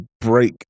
break